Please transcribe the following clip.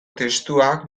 testuak